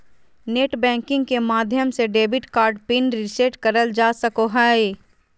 net banking के माध्यम से डेबिट कार्ड पिन रीसेट करल जा सको हय